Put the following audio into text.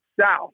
south